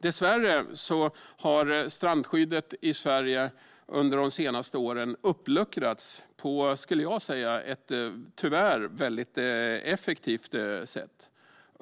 Dessvärre har strandskyddet i Sverige under de senaste åren uppluckrats på ett, skulle jag säga, väldigt effektivt sätt.